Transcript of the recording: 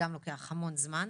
לוקח המון זמן,